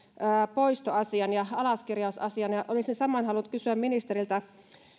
poistoasian ja alaskirjausasian ja olisin saman halunnut kysyä ministeriltä